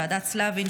ועדת סלבין,